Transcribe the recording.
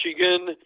Michigan